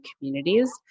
communities